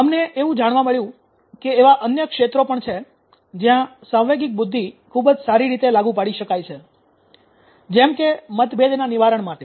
અમને એવું જાણવા મળ્યું કે એવા અન્ય ક્ષેત્રો પણ છે જ્યાં સાંવેગિક બુદ્ધિ ખૂબ જ સારી રીતે લાગુ પાડી શકાય છે જેમ કે મતભેદના નિવારણ માટે